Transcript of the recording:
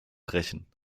brechen